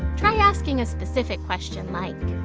try asking a specific question like.